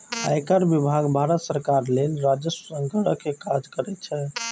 आयकर विभाग भारत सरकार लेल राजस्व संग्रह के काज करै छै